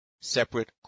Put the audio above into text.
separate